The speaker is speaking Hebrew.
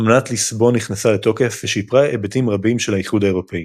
אמנת ליסבון נכנסה לתוקף ושיפרה היבטים רבים של האיחוד האירופי.